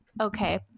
Okay